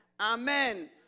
Amen